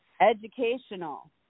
educational